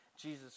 Jesus